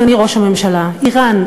אדוני ראש הממשלה: איראן,